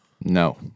No